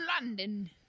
London